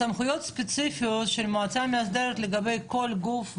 הסמכויות הספציפיות של המועצה המאסדרת לגבי כל גוף וגוף,